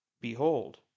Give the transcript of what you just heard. Behold